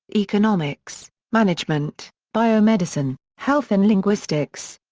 economics, management, biomedicine, health and linguistics.